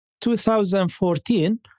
2014